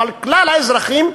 אבל כלל האזרחים,